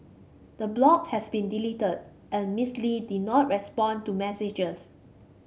the blog has been deleted and Miss Lee did not respond to messages